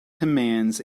commands